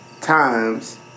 times